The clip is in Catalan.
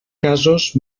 casos